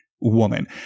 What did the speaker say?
woman